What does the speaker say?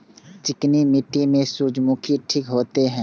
चिकनी मिट्टी में सूर्यमुखी ठीक होते?